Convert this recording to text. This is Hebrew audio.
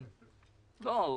לא.